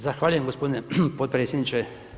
Zahvaljujem gospodine potpredsjedniče.